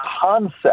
concept